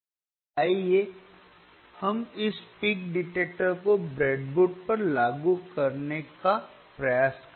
और आइए हम इस पीक डिटेक्टर को ब्रेडबोर्ड पर लागू करने का प्रयास करें